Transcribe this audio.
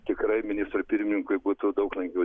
tikrai ministrui pirmininkui būtų daug lengviau